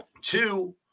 two